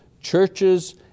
Churches